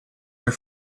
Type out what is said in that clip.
your